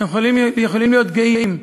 ואנחנו יכולים להיות גאים.